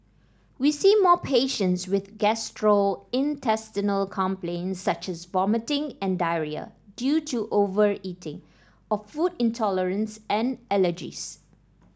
we see more patients with gastrointestinal complaints such as vomiting and diarrhoea due to overeating or food intolerance and allergies